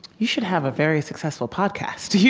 you should have a very successful podcast. you